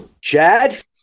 Chad